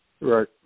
Right